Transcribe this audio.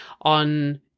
on